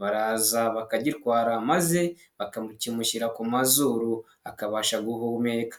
baraza bakagitwara, maze bakakimushyira ku mazuru, akabasha guhumeka.